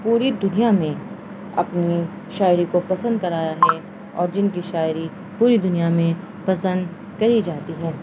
پوری دنیا میں اپنی شاعری کو پسند کرایا ہے اور جن کی شاعری پوری دنیا میں پسند کری جاتی ہے